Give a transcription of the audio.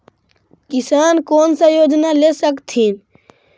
किसान कोन सा योजना ले स कथीन?